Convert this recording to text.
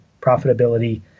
profitability